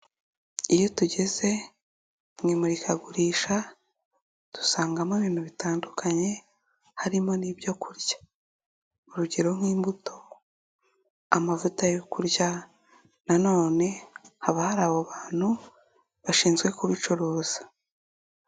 Iyo tugeze mu imurikagurisha dusangamo ibintu bitandukanye harimo n'ibyo kurya. Urugero nk'imbuto, amavuta yo kurya nanone haba hari abo bantu bashinzwe kubicuruza.